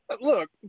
Look